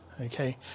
Okay